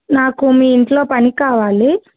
నాకు మీ ఇంట్లో పని కావాలి